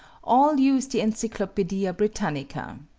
all use the encyclopedia britannica.